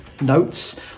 notes